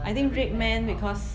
I think RedMan because